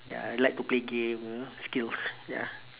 ya I like to play game you know skills ya